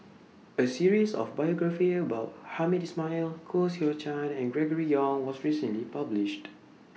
A series of biographies about Hamed Ismail Koh Seow Chuan and Gregory Yong was recently published